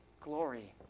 glory